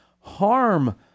harm